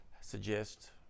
suggest